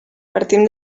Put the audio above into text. partim